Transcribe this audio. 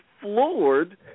floored